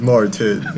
Martin